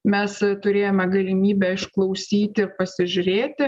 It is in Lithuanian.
mes turėjome galimybę išklausyti ir pasižiūrėti